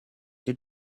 your